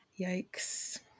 Yikes